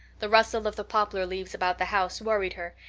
the rustle of the poplar leaves about the house worried her,